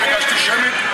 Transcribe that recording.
ביקשתי שמית.